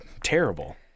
terrible